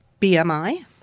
BMI